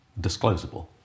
disclosable